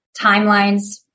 Timelines